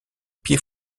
pieds